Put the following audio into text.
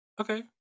Okay